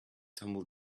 tumble